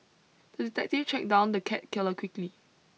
the detective tracked down the cat killer quickly